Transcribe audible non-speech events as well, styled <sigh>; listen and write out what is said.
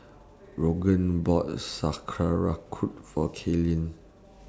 <noise> Rodger bought Sauerkraut For Kaylen